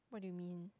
what do you mean